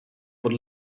pod